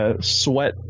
Sweat